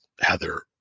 Heather